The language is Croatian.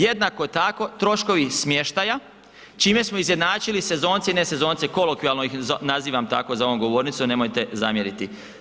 Jednako tako troškovi smještaja čime smo izjednačili sezonce i nesezonce, kolokvijalno ih nazivam tako za ovom govornicom, nemojte zamjeriti.